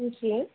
जी